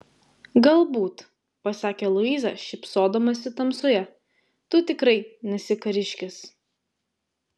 galbūt pasakė luiza šypsodamasi tamsoje tu tikrai nesi kariškis